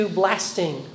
blasting